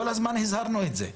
כל הזמן הזהרנו מזה,